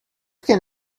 can